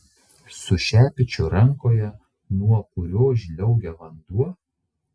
su šepečiu rankoje nuo kurio žliaugia vanduo